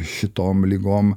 šitom ligom